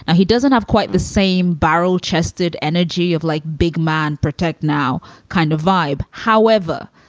and he doesn't have quite the same barrel chested energy of like big man protect now kind of vibe however,